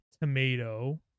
Tomato